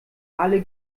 alle